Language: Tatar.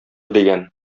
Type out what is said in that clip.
дигән